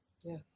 yes